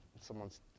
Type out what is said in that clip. someone's